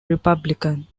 republican